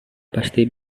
pasti